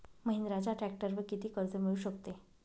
महिंद्राच्या ट्रॅक्टरवर किती कर्ज मिळू शकते?